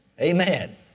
Amen